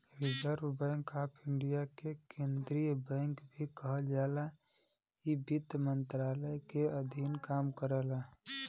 reserve bank of India के केंद्रीय bank भी कहल जाला इ वित्त मंत्रालय के अधीन काम करला